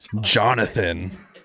Jonathan